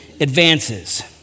advances